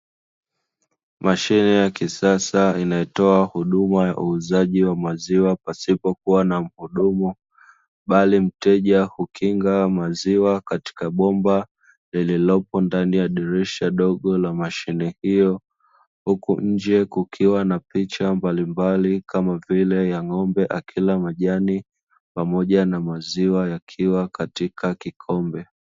Mashine ya kisasa inayotoa huduma ya uuzaji wa maziwa pasipo kuwa na mhudumu, bali mteja hukinga maziwa katika bomba lililopo ndani ya dirisha dogo la mashine hiyo, huku nje kukiwa na picha mbalimbali kama vile ya ng'ombe akila majani, pamoja na maziwa yakiwa katika kikombe.